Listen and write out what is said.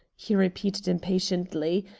he repeated impatiently.